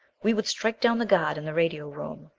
we would strike down the guard in the radio room.